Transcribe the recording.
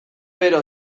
bero